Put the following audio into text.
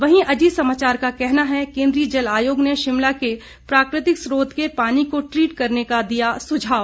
वहीं अजीत समाचार का कहना है केंद्रीय जल आयोग ने शिमला के प्राकृतिक स्त्रोत के पानी को ट्रीट करने का दिया सुझाव